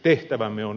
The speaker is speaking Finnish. tehtävämme on